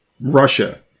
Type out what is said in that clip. Russia